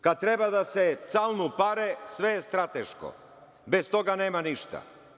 Kad treba da se calnu pare, sve je strateško, bez toga nema ništa.